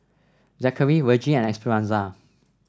Zackery Vergie and Esperanza